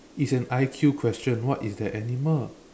it's an I_Q question what is that animal